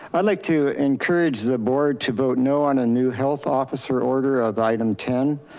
i'd like to encourage the board to vote no on a new health officer order of item ten.